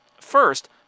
First